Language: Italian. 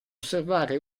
osservare